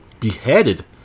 Beheaded